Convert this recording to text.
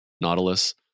Nautilus